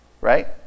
right